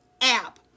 app